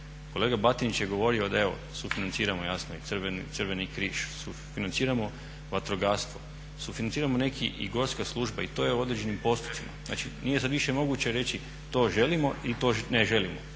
Kolega Batinić je govorio da evo sufinanciramo jasno i Crveni križ, sufinanciramo vatrogastvo, sufinanciramo i neki i Gorska služba, i to je u određenim postotcima. Znači nije sada više reći to želimo ili to ne želimo,